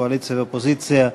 קואליציה ואופוזיציה,